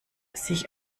sich